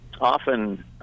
often